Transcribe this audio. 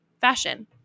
fashion